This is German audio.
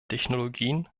technologien